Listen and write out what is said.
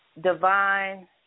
divine